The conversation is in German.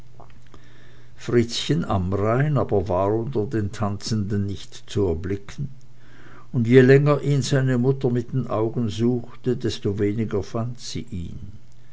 fritzchen amrain war aber unter den tanzenden nicht zu erblicken und je länger ihn seine mutter mit den augen suchte desto weniger fand sie ihn